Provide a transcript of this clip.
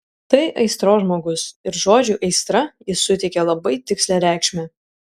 tai aistros žmogus ir žodžiui aistra jis suteikia labai tikslią reikšmę